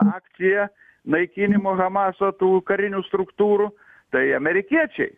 akciją naikinimo hamaso tų karinių struktūrų tai amerikiečiai